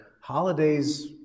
holidays